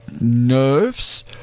nerves